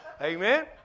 Amen